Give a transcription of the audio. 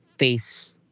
face